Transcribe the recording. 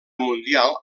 mundial